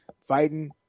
fighting